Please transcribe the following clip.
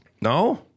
No